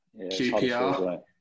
QPR